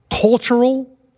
cultural